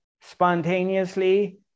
spontaneously